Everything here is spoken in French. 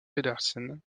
pedersen